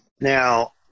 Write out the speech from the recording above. Now